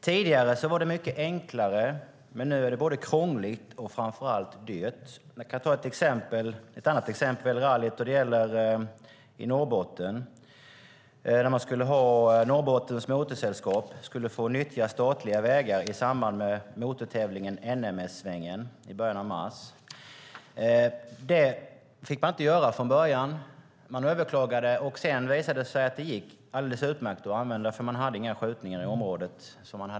Tidigare var det mycket enklare, men nu är det både krångligt och framför allt dyrt. Jag kan ta ett annat exempel än rallyt. Det gäller Norrbotten. Norrbottens Motorsällskap skulle få nyttja statliga vägar i samband med motortävlingen NMS-svängen i början av mars. Det fick de från början inte göra. De överklagade, och sedan visade det sig att det gick alldeles utmärkt. Man hade nämligen inga skjutningar i området.